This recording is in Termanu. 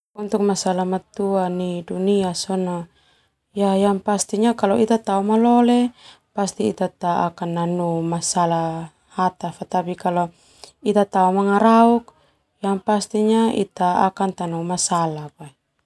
Kalau natun esa no nol sona nol no natun esa boma natun esa no nol.